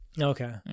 Okay